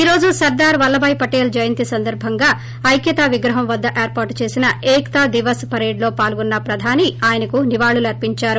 ఈ రోజు సర్గార్ వల్లభాయ్ పటేల్ జయంతి సందర్బంగా ఐక్యతా విగ్రహం వద్ద ఏర్పాటు చేసిన ఏక్తా దివస్ పరేడ్లో పాల్గొన్న ప్రధాని ఆయనకు నివాళి అర్పించారు